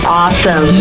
awesome